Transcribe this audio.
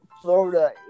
Florida